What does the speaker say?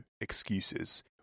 excuses